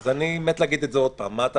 אז אני מת להגיד את זה עוד פעם.